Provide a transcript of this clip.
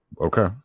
okay